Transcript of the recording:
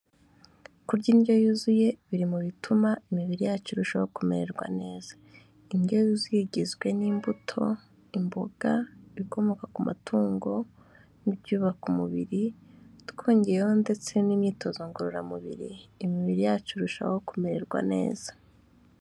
Kurya indyo yuzuye biri mu bituma imibiri yacu irushaho kumererwa neza, indyo zi igizwe n'imbuto, imboga, ikomoka ku matungo n'ibyubaka umubiri twongeyeho ndetse n'imyitozo ngororamubiri imibiri yacu irushaho kumererwa neza.